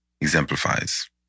exemplifies